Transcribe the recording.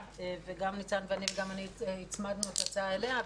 וגם ניצן וגם אני הצמדנו את ההצעה אליה,